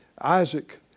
Isaac